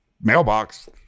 mailbox